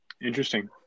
Interesting